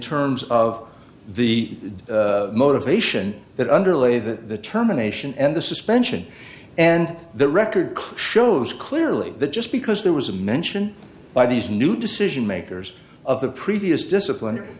terms of the motivation that underlay the terminations and the suspension and the record shows clearly that just because there was a mention by these new decision makers of the previous discipline